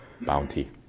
bounty